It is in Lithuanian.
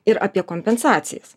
ir apie kompensacijas